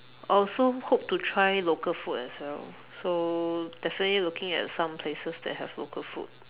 I also hope to try local food as well so definitely looking at some places that have local food